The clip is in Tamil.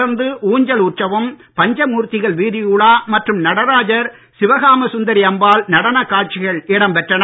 தொடர்ந்து ஊஞ்சல் உற்சவம் பஞ்ச மூர்த்திகள் வீதியுலா மற்றும் நடராஜர் சிவகாம சுந்தரி அம்பாள் நடனக் காட்சிகள் இடம் பெற்றன